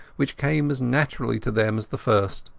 which came as naturally to them as the first.